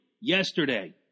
yesterday